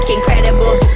Incredible